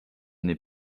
n’est